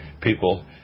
people